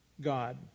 God